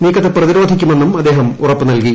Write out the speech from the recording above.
നീക്കത്തെ പ്രതിരോധിക്കുമെന്നും അദ്ദേഹം ഉറപ്പു നൽകി